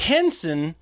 Henson